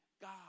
God